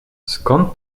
skąd